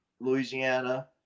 Louisiana